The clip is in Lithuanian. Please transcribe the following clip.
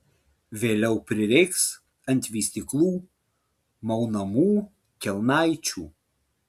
vėliau prireiks ant vystyklų maunamų kelnaičių